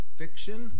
fiction